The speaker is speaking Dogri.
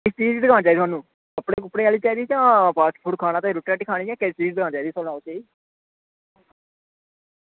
ते केह्ड़ी दुकान चाहिदी थुहानू कपड़े दी चाहिदी जां रुट्टी खानी जां केह्दी दुकान चाहिदी थुहानू